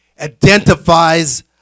identifies